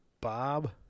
Bob